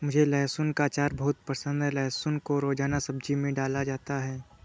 मुझे लहसुन का अचार बहुत पसंद है लहसुन को रोजाना सब्जी में डाला जाता है